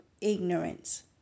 ignorance